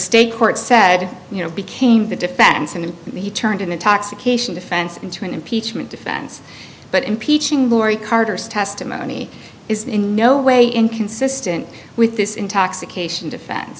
state court said you know became the defense and he turned an intoxication defense into an impeachment defense but impeaching laurie carter's testimony is in no way inconsistent with this intoxication defen